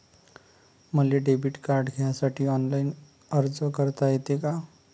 मले debit card घ्यासाठी online अर्ज करता येते का?